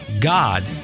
God